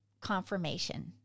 confirmation